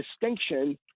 distinction